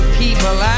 people